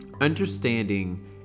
understanding